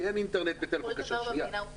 כי אין אינטרנט --- כל דבר במדינה הוא חוזה?